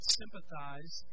sympathize